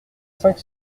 cinq